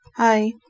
Hi